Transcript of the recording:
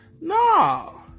no